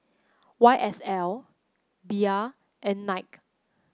Y S L Bia and Knight